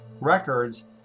Records